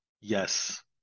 Yes